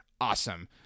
awesome